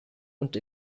und